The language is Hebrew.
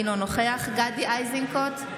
אינו נוכח גדי איזנקוט,